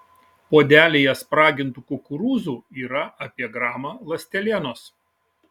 puodelyje spragintų kukurūzų yra apie gramą ląstelienos